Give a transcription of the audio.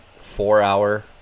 four-hour